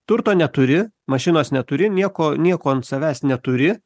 turto neturi mašinos neturi nieko nieko ant savęs neturi